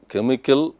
Chemical